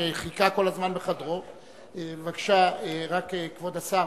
שחיכה כל הזמן בחדרו, בבקשה, כבוד השר.